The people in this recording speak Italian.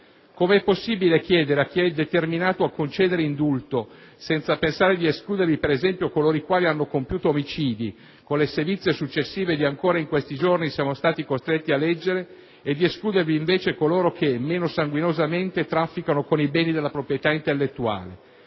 come è possibile chiedere a chi è determinato a concedere indulto, senza pensare di escludervi, per esempio, coloro i quali hanno compiuto omicidi, con le sevizie successive di cui ancora in questi giorni siamo stati costretti a leggere, e di escludervi invece coloro che, meno sanguinosamente, trafficano con i beni della proprietà intellettuale?